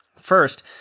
first